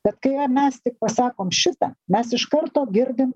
bet kai mes tik pasakom šitą mes iš karto girdim